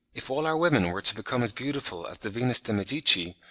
if all our women were to become as beautiful as the venus de' medici,